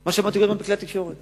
מה שאמרתי בכלי התקשורת